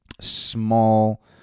small